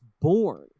born